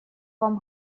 вам